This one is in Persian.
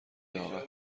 داغه